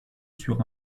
sur